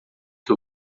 que